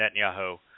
Netanyahu